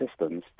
systems